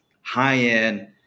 high-end